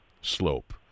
slope